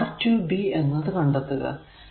ഇവിടെ Rab എന്നത് കണ്ടെത്തുക